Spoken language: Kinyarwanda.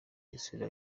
isura